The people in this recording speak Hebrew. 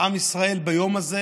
עם ישראל מתייחד ביום הזה,